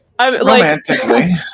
Romantically